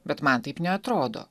bet man taip neatrodo